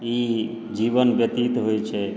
ई जीवन व्यतीत होइ छै